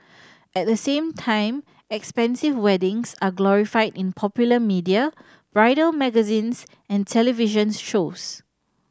at the same time expensive weddings are glorified in popular media bridal magazines and television shows